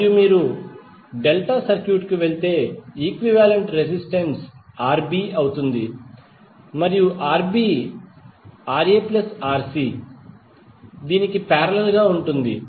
మరియు మీరు డెల్టా సర్క్యూట్కు వెళితే ఈక్వివాలెంట్ రెసిస్టెన్స్ Rb అవుతుంది మరియు Rb RaRc కి పారేలల్ గా ఉంటుంది